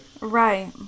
right